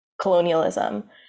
colonialism